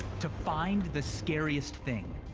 to find the scariest thing,